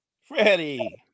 Freddie